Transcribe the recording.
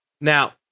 Now